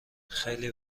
خیلی